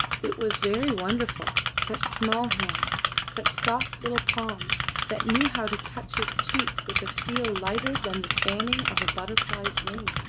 it was very wonderful such small hands, such soft little palms that knew how to touch his cheek with a feel lighter than the fanning of a butterfly's wing.